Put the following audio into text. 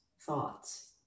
thoughts